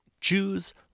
Jews